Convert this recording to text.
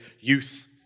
youth